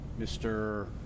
Mr